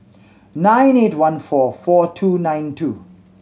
nine eight one four four two nine two